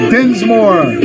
Dinsmore